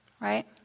right